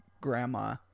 grandma